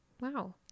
Wow